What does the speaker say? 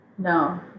No